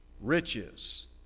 riches